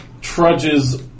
trudges